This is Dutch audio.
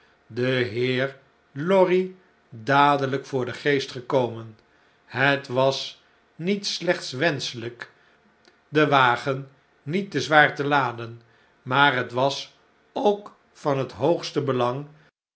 vinden denheer lorry dadelijk voor den geest gekomen het was niet slechts wenschelijk den wagen niet te zwaar te laden maar het was ook van het hoogste bein